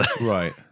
Right